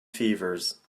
fevers